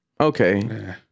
Okay